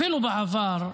אפילו בעבר,